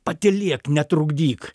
patylėk netrukdyk